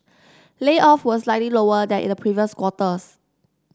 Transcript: layoff were slightly lower than in the previous quarters